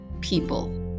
people